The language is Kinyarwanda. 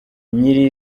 nyiri